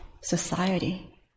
society